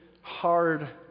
hard